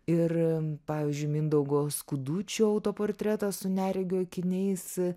ir pavyzdžiui mindaugo skudučio autoportretas su neregio akiniais